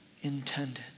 intended